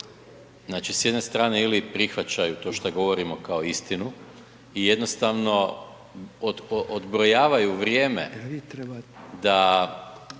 Znači s jedne strane ili prihvaćaju to šta govorimo kao istinu i jednostavno odbrojavaju vrijeme da